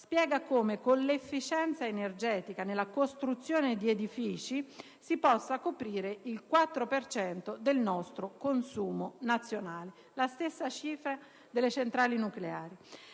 spiega come con l'efficienza energetica nella costruzione di edifici si possa coprire il 4 per cento del nostro consumo nazionale: la stessa cifra delle centrali nucleari.